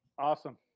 Awesome